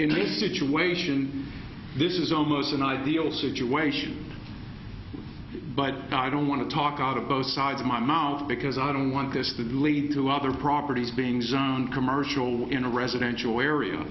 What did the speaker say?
in a situation this is almost an ideal situation but i don't want to talk out of both sides of my mouth because i don't want this to delay to other properties being zone commercial in a residential area